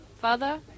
father